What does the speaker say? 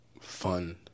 fun